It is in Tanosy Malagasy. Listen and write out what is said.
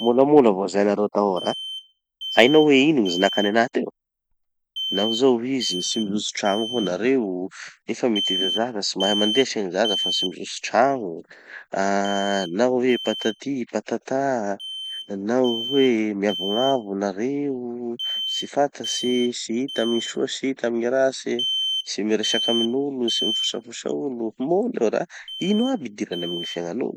Môlamôla voisin-nareo tahô ra. Hainao hoe ino gny zinakany anaha teo? Nao zao ho izy tsy mijotso trano avao nareo, nefa miteza zaza, tsy mahay mandeha se gny zaza fa tsy mijotso tragno. Nao hoe patati patata, nao hoe miavognavo nareo, tsy fantatsy, tsy hita amy gny soa tsy hita amy gny ratsy. Tsy miresaky amin'olo, tsy mifosafosa olo. Môla io ra, ino aby gny idirany amy gny fiaignanao?